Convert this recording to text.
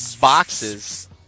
boxes